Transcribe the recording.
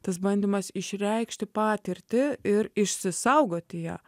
tas bandymas išreikšti patirtį ir išsisaugoti ją